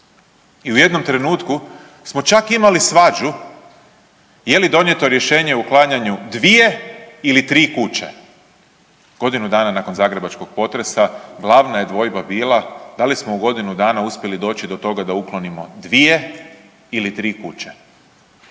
I u jednom trenutku smo čak imali svađu je li donijeto rješenje o uklanjanju dvije ili tri kuće, godinu dana nakon zagrebačkog potresa glavna je dvojba bila da li smo u godinu dana uspjeli doći do toga da uklonimo dvije ili tri kuće.